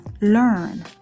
learn